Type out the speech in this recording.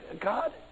God